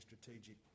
strategic